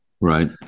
Right